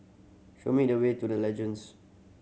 show me the way to The Legends